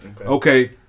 Okay